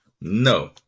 No